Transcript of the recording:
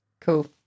cool